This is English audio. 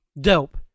Dope